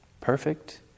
perfect